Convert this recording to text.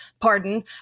pardon